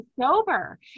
sober